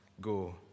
go